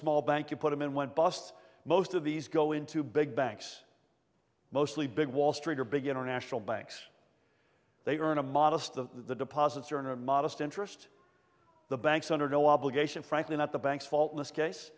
small bank you put them in went bust most of these go into big banks mostly big wall street or big international banks they earn a modest the deposits are in a modest interest the banks under no obligation frankly not the banks fault